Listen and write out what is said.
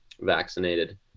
vaccinated